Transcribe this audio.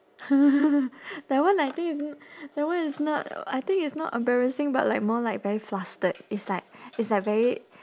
that one I think is n~ that one is not I think it's not embarrassing but like more like very flustered it's like it's like very